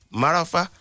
marafa